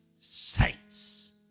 saints